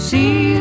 See